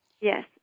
Yes